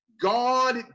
God